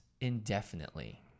indefinitely